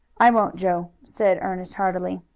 i won't, joe, said ernest heartily.